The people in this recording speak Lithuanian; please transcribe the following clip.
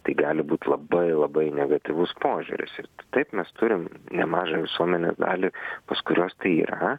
tai gali būt labai labai negatyvus požiūris ir taip mes turim nemažą visuomenės dalį pas kuriuos tai yra